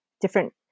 different